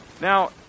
Now